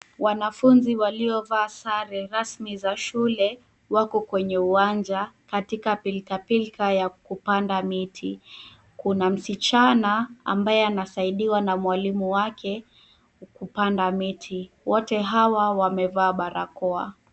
Wanafunzi waliovaa sare rasmi za shule, wako kwenye uwanja katika pilka pilka ya kupanda miti. Kuna msichana ambaye anasaidiwa na mwalimu wake, kupanda miti. Wote hawa wamevaa barakoa.